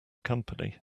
company